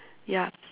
ya